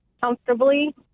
comfortably